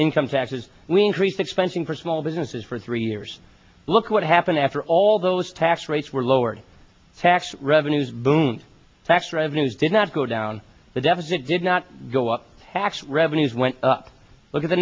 income taxes we increased expensing for small businesses for three years look what happened after all those tax rates were lowered tax revenues boomed tax revenues did not go down the deficit did not go up tax revenues went up look at the